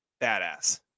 badass